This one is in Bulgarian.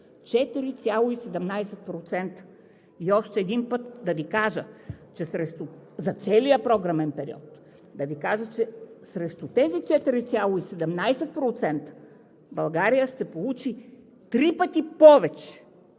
4,17! – и още един път да Ви кажа за целия програмен период, че срещу тези 4,17% България ще получи три пъти повече